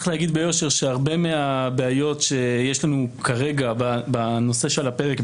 ביושר שהרבה מהבעיות שיש לנו כרגע בנושא של הפרק,